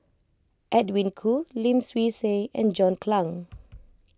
Edwin Koo Lim Swee Say and John Clang